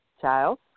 child